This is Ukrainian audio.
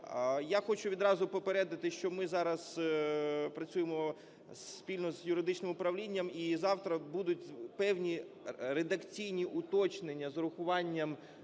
Я хочу відразу попередити, що ми зараз працюємо спільно з юридичним управлінням і завтра будуть певні редакційні уточнення з урахуванням